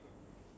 oh